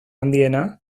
handiena